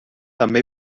també